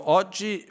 oggi